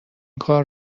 کار